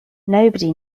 nobody